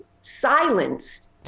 silenced